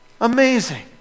Amazing